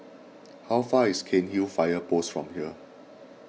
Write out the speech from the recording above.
how far is Cairnhill Fire Post from here